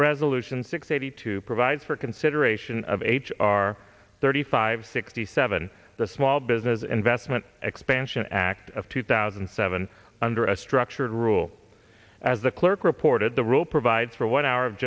resolution six eighty two provides for consideration of h r thirty five sixty seven the small business investment expansion act of two thousand and seven under a structured rule as the clerk reported the rule provides for one hour of